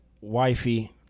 wifey